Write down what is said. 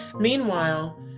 meanwhile